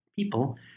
people